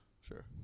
sure